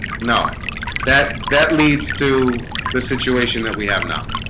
know that that leads to the situation that we have now